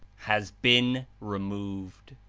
has been removed.